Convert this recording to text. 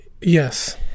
Yes